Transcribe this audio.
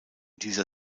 dieser